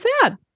sad